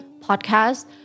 podcast